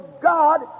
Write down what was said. God